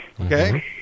Okay